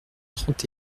trente